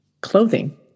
clothing